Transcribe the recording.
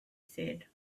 said